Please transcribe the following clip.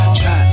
try